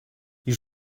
you